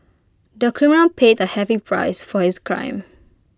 the criminal paid A heavy price for his crime